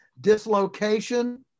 dislocation